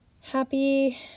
Happy